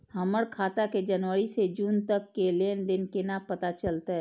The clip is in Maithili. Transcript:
हमर खाता के जनवरी से जून तक के लेन देन केना पता चलते?